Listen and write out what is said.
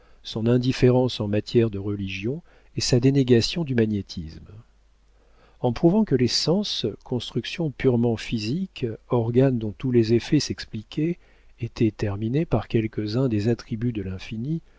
son indifférence en matière de religion et sa dénégation du magnétisme en prouvant que les sens construction purement physique organes dont tous les effets s'expliquaient étaient terminés par quelques-uns des attributs de l'infini